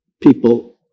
People